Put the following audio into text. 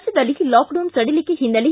ರಾಜ್ಯದಲ್ಲಿ ಲಾಕ್ಡೌನ್ ಸಡಿಲಿಕೆ ಹಿನ್ನೆಲೆ